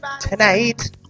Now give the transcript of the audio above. tonight